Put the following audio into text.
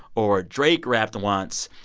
or drake rapped once,